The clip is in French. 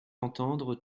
entendre